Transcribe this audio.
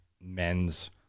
men's